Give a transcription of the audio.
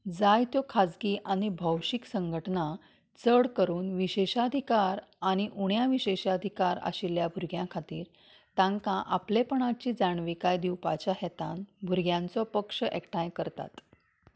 जायत्यो खाजगी आनी भौशीक संघटना चड करून विशेशाधिकार आनी उण्यां विशेशाधिकार आशिल्ल्या भुरग्यां खातीर तांकां आपलेपणाची जाणविकाय दिवपाच्या हेतान भुरग्यांचो पक्ष एकठांय करतात